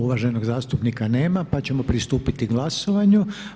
Uvaženog zastupnika nema pa ćemo pristupiti glasovanju.